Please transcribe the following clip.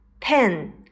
pen